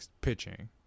pitching